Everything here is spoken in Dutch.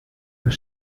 voor